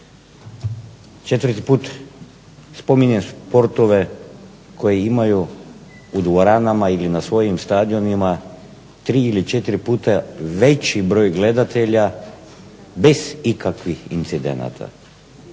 Četvrti put spominjem sportove koji imaju u dvoranama ili na svojim stadionima tri ili četiri puta veći broj gledatelja bez ikakvih incidenata.